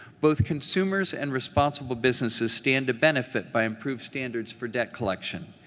both consumers and responsible businesses stand to benefit by improved standards for debt collection.